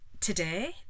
today